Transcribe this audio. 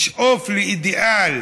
לשאוף לאידיאל